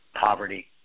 poverty